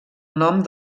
nom